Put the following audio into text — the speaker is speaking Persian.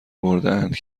بردهاند